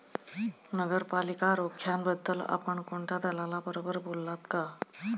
नगरपालिका रोख्यांबद्दल आपण कोणत्या दलालाबरोबर बोललात का?